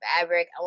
fabric